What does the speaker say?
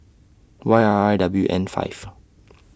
Y R I W N five